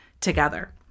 together